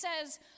says